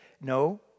no